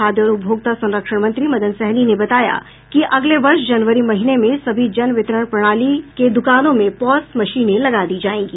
खाद्य और उपभोक्ता संरक्षण मंत्री मदन सहनी ने बताया है कि अगले वर्ष जनवरी महीने में सभी जन वितरण प्राणाली के दुकानों में पॉस मशीने लगा दी जायेंगी